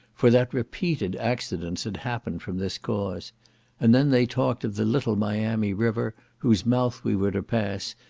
for that repeated accidents had happened from this cause and then they talked of the little miami river, whose mouth we were to pass,